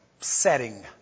setting